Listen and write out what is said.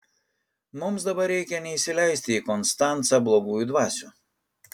mums dabar reikia neįsileisti į konstancą blogųjų dvasių